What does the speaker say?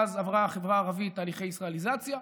שאז עברה החברה הערבית תהליכי ישראליזציה,